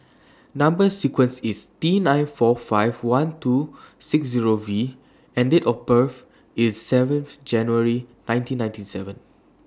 Number sequence IS T nine four five one two six Zero V and Date of birth IS seven January nineteen ninety seven